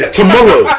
tomorrow